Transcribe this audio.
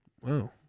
Wow